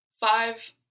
five